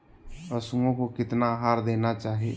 पशुओं को कितना आहार देना चाहि?